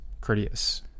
courteous